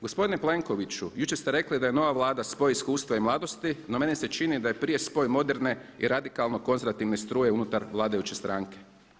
Gospodine Plenkoviću, jučer ste rekli da je nova Vlada spoj iskustva i mladosti no meni se čini da je prije spoj moderne i radikalno konzervativne struje unutar vladajuće stranke.